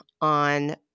on